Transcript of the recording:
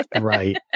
right